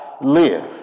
live